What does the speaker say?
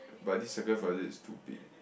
but these sacrifices is too big